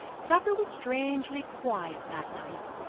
supper was strangely quiet that night.